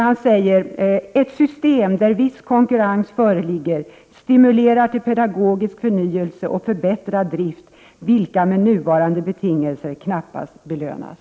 Han säger att ett system där viss konkurrens föreligger stimulerar till pedagogisk förnyelse och förbättrad drift, vilket med nuvarande betingelser knappast belönas.